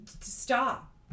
stop